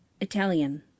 Italian